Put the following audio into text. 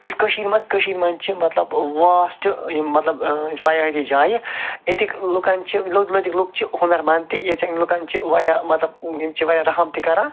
یُس کٔشیٖرِ منٛز کٔشیٖرِ منٛز چھِ مطلب واسٹہٕ یِم مطلب ٲں سیاحتی جایہِ یِیٚتِکۍ لوٗکَن چھِ لوٗکھ چھِ ہُنَر منٛد تہِ یٔتۍ کیٚن لوٗکَن چھِ لوٗکَن چھِ واریاہ مطلب یِم چھِ واریاہ رحم تہِ کران